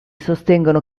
sostengono